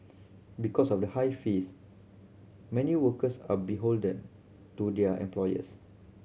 because of the high fees many workers are beholden to their employers